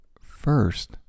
first